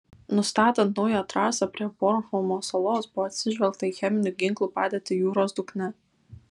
nustatant naują trasą prie bornholmo salos buvo atsižvelgta į cheminių ginklų padėtį jūros dugne